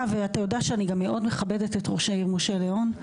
ואתה יודע שאני גם מאוד מכבדת את ראש העיר משה לאון,